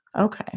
Okay